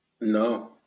No